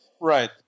Right